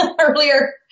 earlier